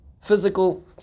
physical